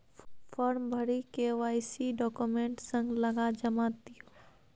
farm भरि KYC document संग लगा जमा दियौ